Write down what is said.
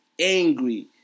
Angry